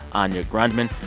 anya grundmann.